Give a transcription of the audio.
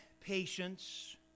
patience